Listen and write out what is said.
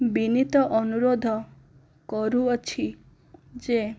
ବିନୀତ ଅନୁରୋଧ କରୁଅଛି ଯେ